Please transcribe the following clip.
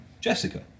Jessica